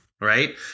Right